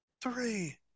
Three